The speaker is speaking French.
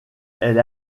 elle